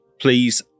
please